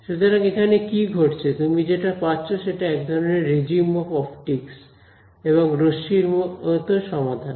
সুতরাং এখানে কি ঘটছে তুমি যেটা পাচ্ছ সেটা এক ধরনের রেজিম অফ অপটিকস এবং রশ্মির মতো সমাধান